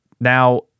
now